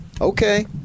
Okay